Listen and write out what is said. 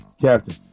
Captain